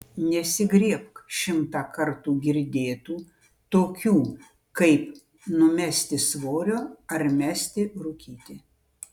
nesigriebk šimtą kartų girdėtų tokių kaip numesti svorio ar mesti rūkyti